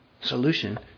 Solution